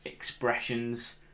Expressions